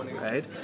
right